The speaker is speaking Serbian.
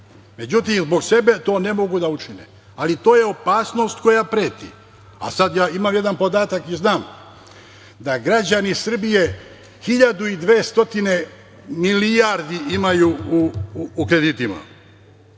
Međutim, zbog sebe to ne mogu da učine. Ali, to je opasnost koja preti. Ja sad imam jedan podatak i znam da građani Srbije 1.200 milijardi imaju u kreditima.